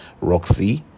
roxy